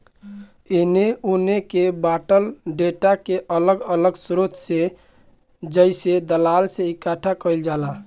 एने ओने के बॉटल डेटा के अलग अलग स्रोत से जइसे दलाल से इकठ्ठा कईल जाला